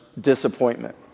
disappointment